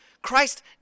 Christ